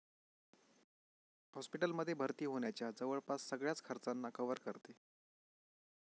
hospital मध्ये भर्ती होण्याच्या जवळपास सगळ्याच खर्चांना कव्हर करते